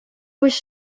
was